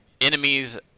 enemies